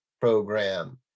program